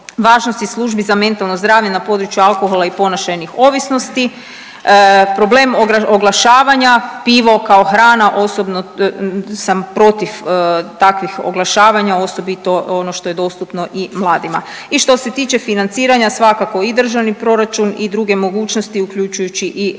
važnost je službi za mentalno zdravlje na području alkohola i ponašajnih ovisnosti, problem oglašavanja, pivo kao hrana, osobno sam protiv takvih oglašavanja, osobito ono što je dostupno i mladima. I što se tiče financiranja svakako i državni proračun i druge mogućnosti uključujući i EU